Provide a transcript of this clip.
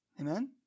Amen